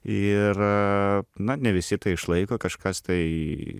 ir na ne visi tai išlaiko kažkas tai